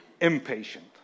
impatient